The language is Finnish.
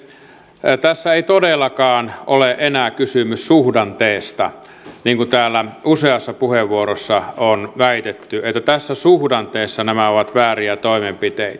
tässä ei todellakaan ole enää kysymys suhdanteesta niin kuin täällä useassa puheenvuorossa on väitetty että tässä suhdanteessa nämä ovat vääriä toimenpiteitä